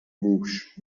موش